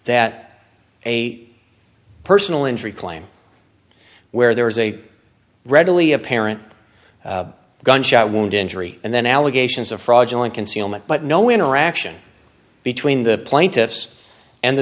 that a personal injury claim where there is a readily apparent gunshot wound injury and then allegations of fraudulent concealment but no interaction between the plaintiffs and the